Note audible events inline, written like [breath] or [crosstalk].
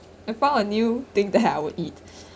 I found a new thing that I would eat [breath]